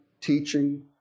teaching